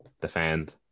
defend